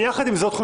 יחד עם זאת,